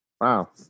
wow